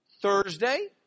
Thursday